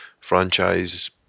franchise